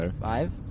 five